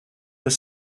were